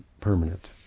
permanent